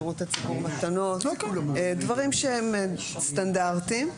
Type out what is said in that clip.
דברים שהם סטנדרטיים.